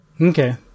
Okay